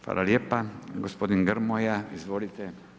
Hvala lijepa, gospodin Grmoja, izvolite.